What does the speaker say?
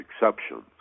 exceptions